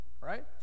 right